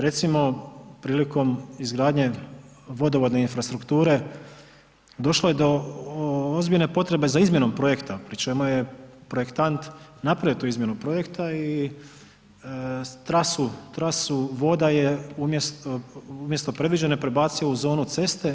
Recimo prilikom izgradnje vodovodne infrastrukture došlo je do ozbiljne potrebe za izmjenom projekta, pri čemu je projektant napravio tu izmjenu projekta i trasu voda je umjesto predviđene prebacio u zonu ceste.